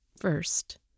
First